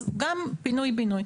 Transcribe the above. אז גם פינוי בינוי,